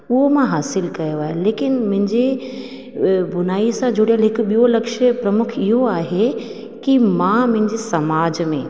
उहो मां हासिलु कयो आहे लेकिन मुंहिंजे बुनाई सां जुड़ियल हिकु ॿियों लक्ष्य प्रमुख इहो आहे कि मां मुंहिंजे समाज में